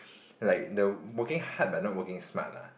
like the working hard but not working smart lah